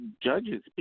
judges